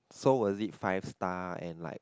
so was it five star and like